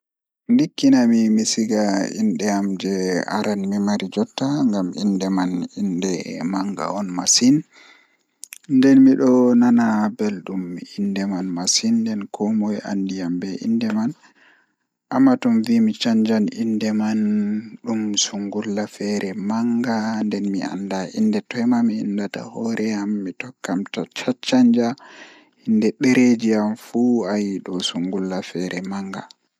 Ndikkina mi mi siga innde am jei aran jei mimari jotta ngam indde man innde manga on masin nden mi don nana beldum innde man masin nden komoi andi am be innde mai amma tomivi mi canjam innde man dum sungulla feere on manga nden mi anda inde toi ma mi indata hoore am ngam mi tokkan midon canja innde dereji am fu ayi do sungullah feere on manga